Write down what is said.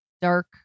dark